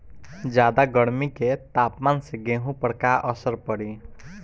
ज्यादा गर्मी के तापमान से गेहूँ पर का असर पड़ी?